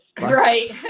Right